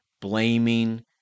blaming